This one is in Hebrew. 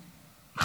תודה.